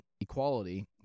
equality